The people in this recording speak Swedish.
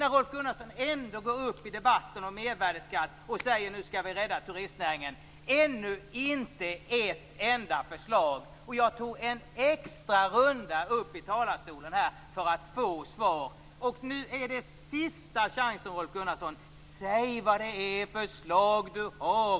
Rolf Gunnarsson går upp i debatten om mervärdeskatt och säger att vi nu skall rädda turistnäringen. Ännu finns inte ett enda förslag. Och jag tog en extra runda i talarstolen för att få svar. Nu är det sista chansen för Rolf Gunnarsson att säga vilka förslag han har.